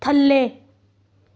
ਥੱਲੇ